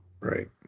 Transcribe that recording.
right